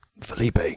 Felipe